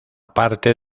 parte